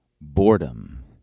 Boredom